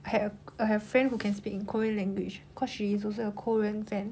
I had a I have a friend who can speak in korean language because she is also a korean fan